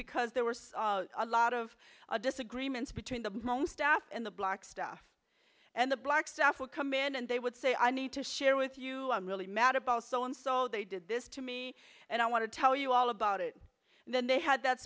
because there were so a lot of disagreements between the home staff and the black stuff and the black staff were command and they would say i need to share with you i'm really mad about so and so they did this to me and i want to tell you all about it and then they had that